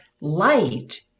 Light